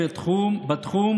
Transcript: אנחנו ננהג בתחום הזה,